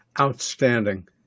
Outstanding